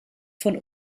von